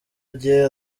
agiye